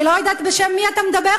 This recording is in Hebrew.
אני לא יודעת בשם מי אתה מדבר,